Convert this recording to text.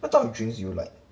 what type of drinks you like